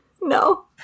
No